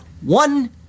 One